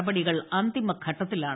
നടപടികൾ അന്തിമഘട്ടത്തിലാണ്